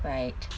right